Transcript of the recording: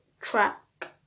track